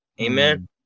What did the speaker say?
Amen